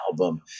album